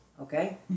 Okay